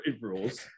rules